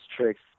tricks